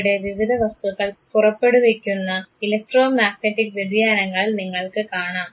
ഇവിടെ വിവിധ വസ്തുക്കൾ പുറപ്പെടുവിക്കുന്ന ഇലക്ട്രോമാഗ്നെറ്റിക് വ്യതിയാനങ്ങൾ നിങ്ങൾക്ക് കാണാം